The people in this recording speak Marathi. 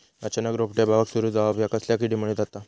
अचानक रोपटे बावाक सुरू जवाप हया कसल्या किडीमुळे जाता?